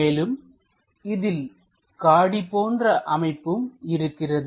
மேலும் இதில் காடி போன்ற அமைப்பும் இருக்கிறது